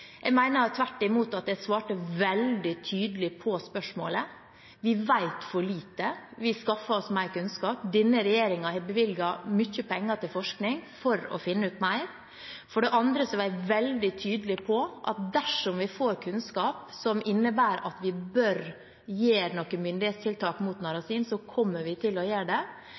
Jeg mener tvert imot at jeg svarte veldig tydelig på spørsmålet. Vi vet for lite, vi skaffer oss mer kunnskap. Denne regjeringen har bevilget mye penger til forskning for å finne ut mer. For det andre var jeg veldig tydelig på at dersom vi får kunnskap som innebærer at vi bør gjøre noen myndighetstiltak mot